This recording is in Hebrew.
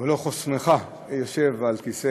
במלוא חוסנך, יושב על הכיסא